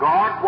God